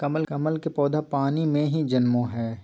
कमल के पौधा पानी में ही जन्मो हइ